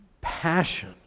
passion